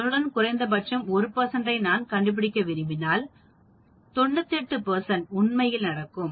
அதனுடன் குறைந்தபட்சம் 1 ஐ நான் கண்டுபிடிக்க விரும்பினால் 98 உண்மையில் நடக்கும்